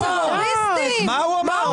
מה הוא אמר?